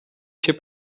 się